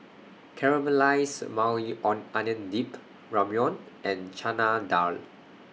Caramelized Maui Onion Dip Ramyeon and Chana Dal